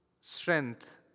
strength